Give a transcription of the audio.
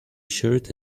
tshirt